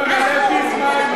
אנחנו רוצים לדבר.